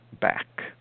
back